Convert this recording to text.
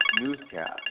newscast